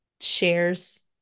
shares